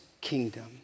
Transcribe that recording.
kingdom